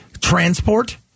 transport